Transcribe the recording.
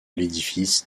l’édifice